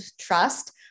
trust